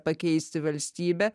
pakeisti valstybę